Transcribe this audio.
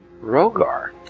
Rogar